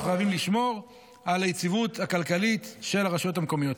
אנחנו חייבים לשמור על היציבות הכלכלית של הרשויות המקומיות.